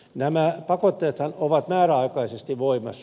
nämä pakotteethan ovat määräaikaisesti voimassa